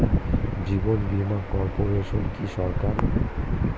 জীবন বীমা কর্পোরেশন কি সরকারি?